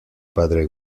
padre